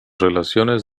relaciones